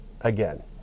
again